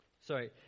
sorry